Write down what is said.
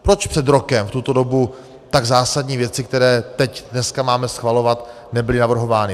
Proč před rokem v tuto dobu tak zásadní věci, které dnes máme schvalovat, nebyly navrhovány.